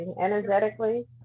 Energetically